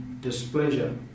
displeasure